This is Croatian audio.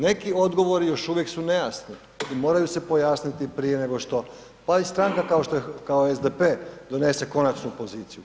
Neki odgovori još uvijek su nejasni i moraju se pojasniti prije nego što pa i stranka kao što je SDP, donese konačnu poziciju.